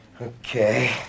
Okay